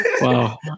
Wow